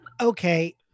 Okay